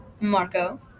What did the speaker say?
Marco